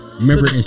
Remember